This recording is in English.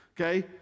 Okay